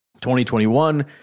2021